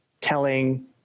telling